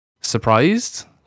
Surprised